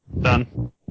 Done